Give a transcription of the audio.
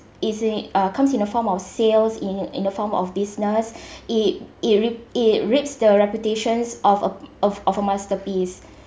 as is in uh comes in the form of sales in in the form of business it it rip it rips the reputation of a of of a masterpiece